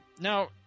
Now